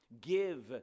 Give